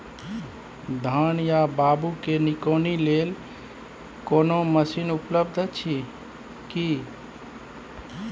धान या बाबू के निकौनी लेल कोनो मसीन उपलब्ध अछि की?